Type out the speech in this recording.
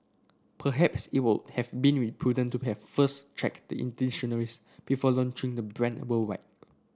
perhaps it would have been prudent to have first checked the in dictionaries before launching the brand worldwide